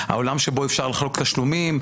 העולם שבו אפשר לחלוק תשלומים.